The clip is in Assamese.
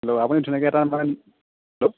হেল্ল' আপুনি ধুনীয়াকৈ এটা হেল্ল'